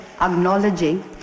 acknowledging